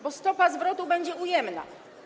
Bo stopa zwrotu będzie ujemna.